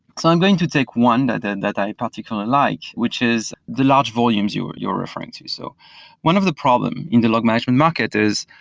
so i'm going to take one that and that i particularly like, which is the large volumes you're you're referring to. so one of the problem in the log management market is